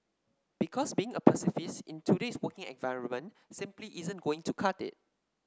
because being a pacifist in today's working environment simply isn't going to cut it